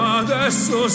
adesso